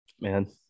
man